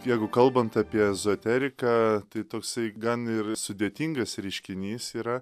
jeigu kalbant apie ezoteriką tai toksai gan ir sudėtingas reiškinys yra